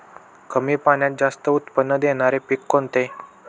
कमी पाण्यात जास्त उत्त्पन्न देणारे पीक कोणते?